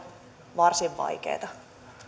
varsin vaikeata